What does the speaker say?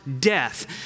death